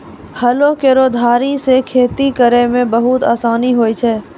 हलो केरो धारी सें खेती करै म बहुते आसानी होय छै?